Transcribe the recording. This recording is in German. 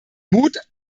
mut